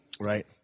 Right